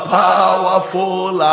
powerful